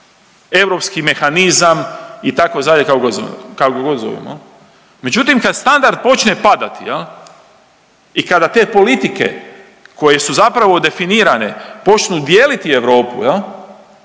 se ne razumije./... kako god zovemo. Međutim, kad standard počne padati i kada te politike koje su zapravo definirane počnu dijeliti Europu,